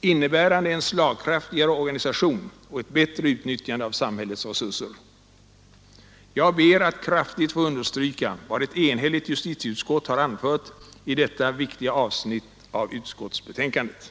innebärande en slagkraftigare organisation och ett bättre utnyttjande av samhällets resurser. Jag ber att kraftigt få understryka vad ett enhälligt justitieutskott har anfört i detta viktiga avsnitt av utskottsbetänkandet.